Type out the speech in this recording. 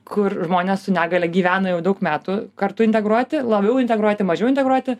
kur žmonės su negalia gyvena jau daug metų kartu integruoti labiau integruoti mažiau integruoti